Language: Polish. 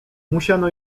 musiano